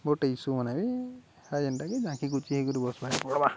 ଗୋଟେ ଇସୁ ମାନେ ବି ଆ ଯେନ୍ଟାକି ଜାକି କୁଚି ହେଇକରି ବସ୍ବା ପଡ଼୍ବା